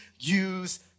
use